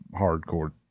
hardcore